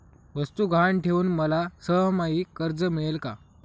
वस्तू गहाण ठेवून मला सहामाही कर्ज मिळेल का?